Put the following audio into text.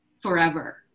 forever